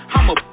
I'ma